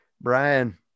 brian